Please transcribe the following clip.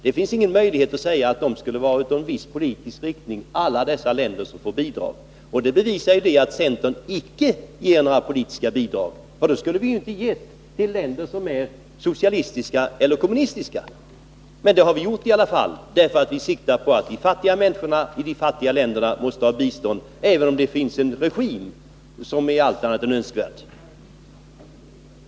Det finns ingen möjlighet att hävda att alla dessa länder som får bidrag skulle ha en viss politisk inriktning. Det bevisar att centern icke ger några politiska bidrag. Om så skulle ha varit fallet, skulle vi inte ha gett bistånd till länder som är socialistiska eller kommunistiska. Och det har vi gjort, därför att vi anser att de fattiga människorna i de fattiga länderna måste få bistånd, även om det finns en regim som är allt annat än önskvärd.